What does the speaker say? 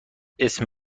اسم